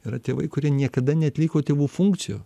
yra tėvai kurie niekada neatliko tėvų funkcijų